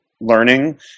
learning